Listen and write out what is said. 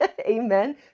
Amen